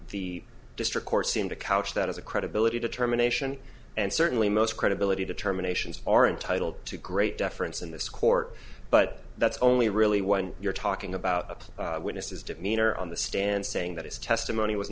the district court seemed to couch that as a credibility determination and certainly most credibility determinations are entitled to great deference in this court but that's only really when you're talking about witnesses demeanor on the stand saying that his testimony w